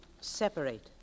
separate